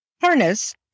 harness